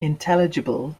intelligible